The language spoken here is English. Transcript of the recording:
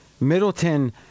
Middleton